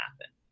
happen